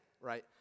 right